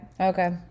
Okay